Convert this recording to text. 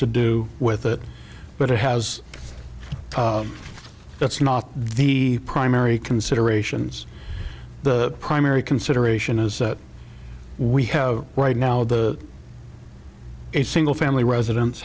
to do with it but it has that's not the primary considerations the primary consideration is that we have right now the a single family residen